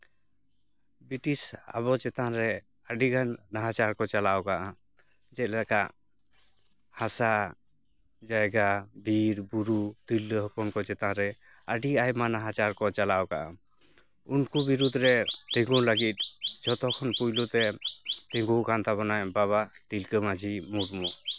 British ᱟᱵᱚ ᱪᱮᱛᱟᱱ ᱨᱮ ᱟᱹᱰᱤ ᱜᱟᱱ ᱱᱟᱦᱟᱪᱟᱨ ᱠᱚ ᱪᱟᱞᱟᱣ ᱠᱟᱜᱼᱟ ᱡᱮᱞᱮᱠᱟ ᱦᱟᱥᱟ ᱡᱟᱭᱜᱟ ᱵᱤᱨ ᱵᱩᱨᱩ ᱛᱤᱨᱞᱟᱹ ᱦᱚᱯᱚᱱ ᱠᱚ ᱪᱮᱛᱟᱱᱨᱮ ᱟᱹᱰᱤ ᱟᱭᱢᱟ ᱱᱟᱦᱟᱪᱟᱨ ᱠᱚ ᱟᱞᱟᱣ ᱟᱠᱟᱜᱼᱟ ᱩᱱᱠᱩ ᱵᱤᱨᱩᱫᱽ ᱨᱮ ᱛᱤᱸᱜᱩᱱ ᱞᱟᱹᱜᱤᱫ ᱡᱚᱛᱚᱠᱷᱚᱱ ᱯᱳᱭᱞᱳ ᱛᱮ ᱛᱤᱸᱜᱩᱣᱟᱠᱟᱱ ᱛᱟᱵᱚᱱᱟᱭ ᱵᱟᱵᱟ ᱛᱤᱞᱠᱟᱹ ᱢᱟᱹᱡᱷᱤ ᱢᱩᱨᱢᱩ